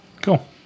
Cool